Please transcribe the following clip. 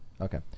Okay